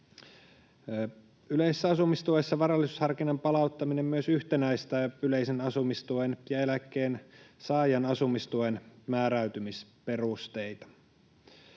Yleisessä asumistuessa varallisuusharkinnan palauttaminen myös yhtenäistää yleisen asumistuen ja eläkkeensaajan asumistuen määräytymisperusteita.